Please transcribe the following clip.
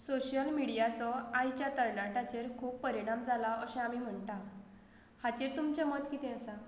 social मिडियाचो आयच्या तरणाट्याचेर खूब परिणाम जाला अशें आमी म्हणटात हाचेर तुमचें मत कितें आसा